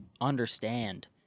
understand